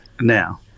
now